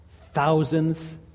thousands